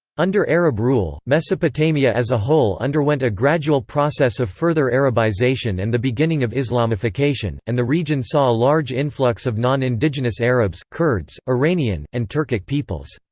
under arab rule, mesopotamia as a whole underwent a gradual process of further arabisation and the beginning of islamification, and the region saw a large influx of non indigenous arabs, kurds, iranian, and turkic peoples.